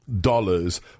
dollars